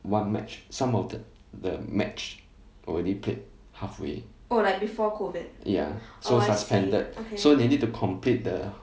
one match some of the the match already played halfway ya so suspended so they need to complete the